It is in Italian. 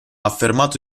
affermato